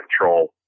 control